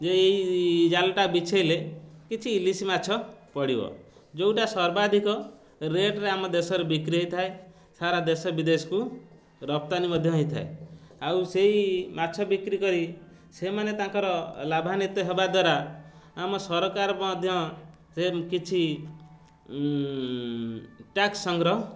ଯେ ଏଇ ଜାଲଟା ବିଛେଇଲେ କିଛି ଇଲିଶି ମାଛ ପଡ଼ିବ ଯୋଉଟା ସର୍ବାଧିକ ରେଟ୍ରେ ଆମ ଦେଶରେ ବିକ୍ରି ହେଇଥାଏ ସାରା ଦେଶ ବିଦେଶକୁ ରପ୍ତାନି ମଧ୍ୟ ହେଇଥାଏ ଆଉ ସେଇ ମାଛ ବିକ୍ରି କରି ସେମାନେ ତାଙ୍କର ଲାଭାନିତ ହେବା ଦ୍ୱାରା ଆମ ସରକାର ମଧ୍ୟ ସେ କିଛି ଟ୍ୟାକ୍ସ ସଂଗ୍ରହ